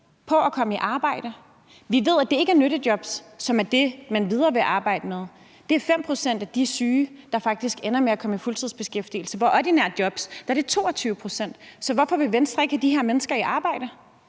på at komme i arbejde. Vi ved, at det ikke er nyttejobs, som er det, man videre vil arbejde med. Det er 5 pct. af de syge, der faktisk ender med at komme i fuldtidsbeskæftigelse, hvor det med ordinære jobs er 22 pct. Så hvorfor vil Venstre ikke have de her mennesker i arbejde?